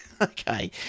okay